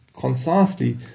concisely